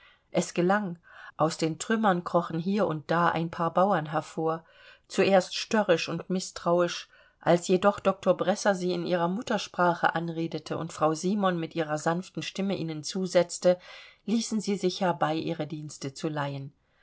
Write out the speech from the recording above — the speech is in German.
es gelang aus den trümmern krochen hier und da ein paar bauern hervor zuerst störrisch und mißtrauisch als jedoch doktor bresser sie in ihrer muttersprache anredete und frau simon mit ihrer sanften stimme ihnen zusetzte ließen sie sich herbei ihre dienste zu leihen